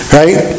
right